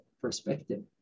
perspective